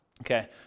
Okay